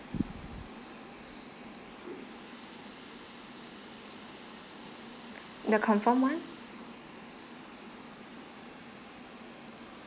the confirmed one